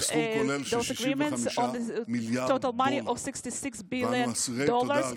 בסכום כולל של 65 מיליארד דולר,